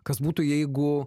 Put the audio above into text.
kas būtų jeigu